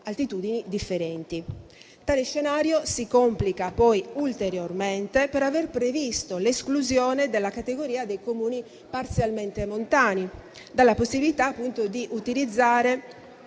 altitudini differenti. Tale scenario si complica ulteriormente per aver previsto l'esclusione della categoria dei Comuni parzialmente montani dalla possibilità di utilizzare